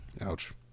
Ouch